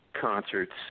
concerts